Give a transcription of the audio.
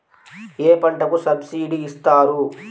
ఏ పంటకు సబ్సిడీ ఇస్తారు?